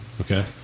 Okay